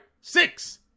six